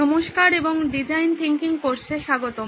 নমস্কার এবং design thinking কোর্সে স্বাগতম